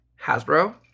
Hasbro